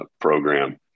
program